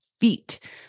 feet